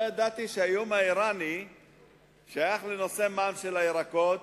לא ידעתי שהאיום האירני שייך לנושא מע"מ על הירקות,